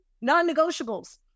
non-negotiables